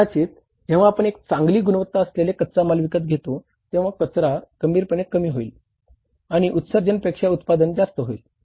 कदाचित जेव्हा आपण एक चांगली गुणवत्ता असलेले कच्चा माल विकत घेतो तेव्हा कचरा गंभीरपणे कमी केला जाईल आणि उत्सर्जना पेक्षा उत्पादन जास्त होईल